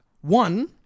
one